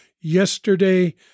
yesterday